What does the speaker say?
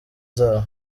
zabo